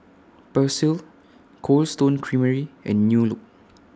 Persil Cold Stone Creamery and New Look